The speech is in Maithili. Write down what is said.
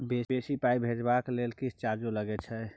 बेसी पाई भेजबाक लेल किछ चार्जो लागे छै?